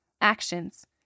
Actions